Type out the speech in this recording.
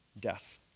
death